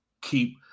keep